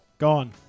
Gone